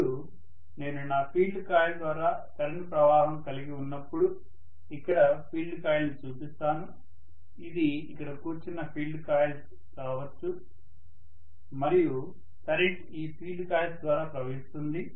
ఇప్పుడు నేను నా ఫీల్డ్ కాయిల్ ద్వారా కరెంట్ ప్రవాహం కలిగి ఉన్నప్పుడు ఇక్కడ ఫీల్డ్ కాయిల్ని చూపిస్తాను ఇది ఇక్కడ కూర్చున్న ఫీల్డ్ కాయిల్స్ కావచ్చు మరియు కరెంట్ ఈ ఫీల్డ్ కాయిల్స్ ద్వారా ప్రవహిస్తుంది